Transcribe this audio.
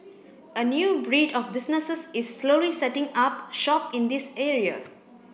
a new breed of businesses is slowly setting up shop in this area